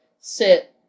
sit